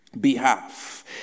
behalf